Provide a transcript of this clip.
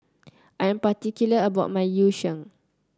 I am particular about my Yu Sheng